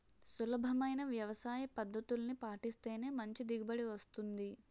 సులభమైన వ్యవసాయపద్దతుల్ని పాటిస్తేనే మంచి దిగుబడి వస్తుంది